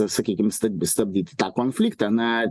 sakykim stab stabdyti tą konfliktą na